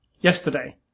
yesterday